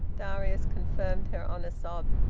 darius confirmed her, on a sob.